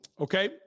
Okay